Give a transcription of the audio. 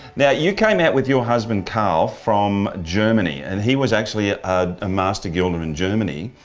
now you came out with your husband carl from germany, and he was actually a ah master guilder in germany.